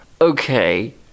Okay